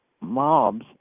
mobs